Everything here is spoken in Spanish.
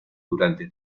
durante